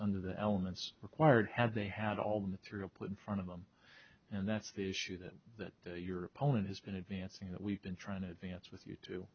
under the elements required had they had all the material put in front of them and that's the issue that that your opponent has been advancing that we've been trying to advance with you